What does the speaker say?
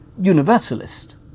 universalist